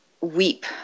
weep